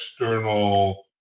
external